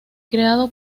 creado